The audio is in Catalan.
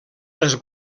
les